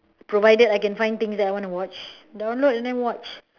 provided I can find things that I wanna watch download and then watch